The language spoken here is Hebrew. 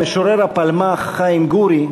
משורר הפלמ"ח חיים גורי,